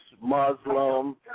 Muslim